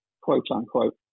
quote-unquote